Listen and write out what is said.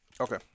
Okay